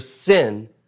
sin